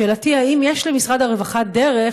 שאלתי: האם יש למשרד הרווחה דרך,